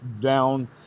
down